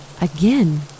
Again